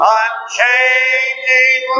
unchanging